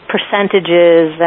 percentages